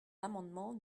l’amendement